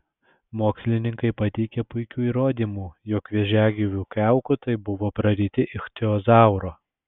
mokslininkai pateikė puikių įrodymų jog vėžiagyvių kiaukutai buvo praryti ichtiozauro